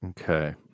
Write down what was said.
Okay